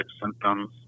symptoms